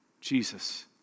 Jesus